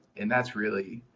and that's really.